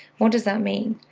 what does that mean?